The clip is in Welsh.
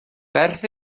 beth